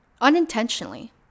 unintentionally